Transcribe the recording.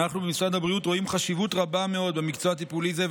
אנחנו במשרד הבריאות רואים חשיבות רבה מאוד במקצוע טיפולי זה,